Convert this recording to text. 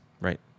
Right